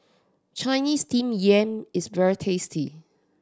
Chinese Steamed Yam is very tasty